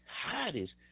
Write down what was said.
hottest